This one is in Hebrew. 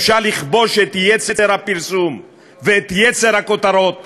אפשר לכבוש את יצר הפרסום ואת יצר הכותרות